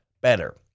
better